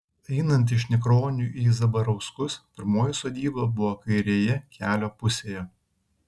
einant iš nikronių į zabarauskus pirmoji sodyba buvo kairėje kelio pusėje